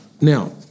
Now